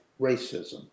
racism